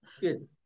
good